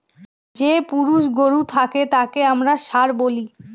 যে পুরুষ গরু থাকে তাকে আমরা ষাঁড় বলি